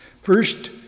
First